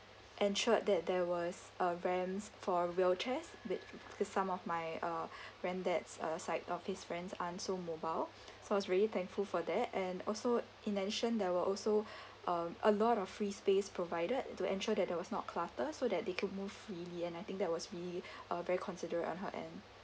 ensured that there was a ramp for wheelchairs with with some of my uh granddad's uh side of his friends aren't so mobile so I was really thankful for that and also in addition there were also um a lot of free space provided to ensure that there was not clutter so that they could move freely and I think that was really uh very considerate on her end